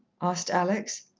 asked alex.